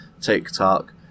TikTok